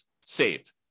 saved